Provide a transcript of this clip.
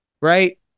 right